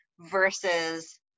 versus